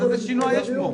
אז איזה שינוע יש פה?